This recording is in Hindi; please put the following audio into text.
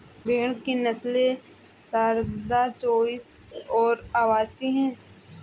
भेड़ की नस्लें सारदा, चोइस और अवासी हैं